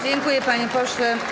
Dziękuję, panie pośle.